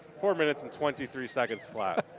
four minutes and twenty three seconds flat.